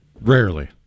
Rarely